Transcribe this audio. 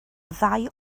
ddau